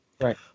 right